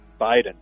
Biden